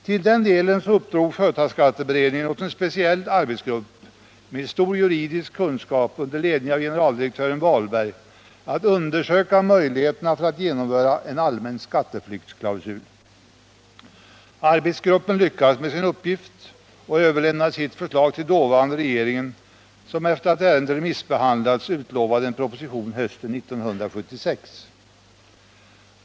Till den delen uppdrog företagsskatteberedningen åt en speciell arbetsgrupp med stor juridisk kunskap under ledning av generaldirektören Walberg att undersöka möjligheterna att genomföra en allmän skatteflyktsklausul. Arbetsgruppen lyckades med sin uppgift och överlämnade sitt förslag till dåvarande regeringen, som efter det att ärendet remissbehandlats utlovade en proposition till hösten 1976.